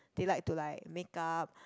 they like to like make up